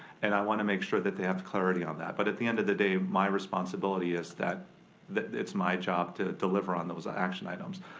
and i wanna make sure that they have clarity on that. but at the end of the day, my responsibility is that that it's my job to deliver on those action items.